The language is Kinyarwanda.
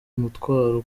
umutwaro